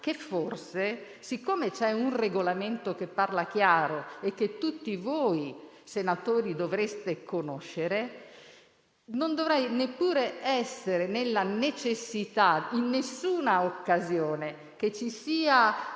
che forse, siccome c'è un Regolamento che parla chiaro e che tutti voi senatori dovreste conoscere, non dovrei neppure essere in nessuna occasione, che ci sia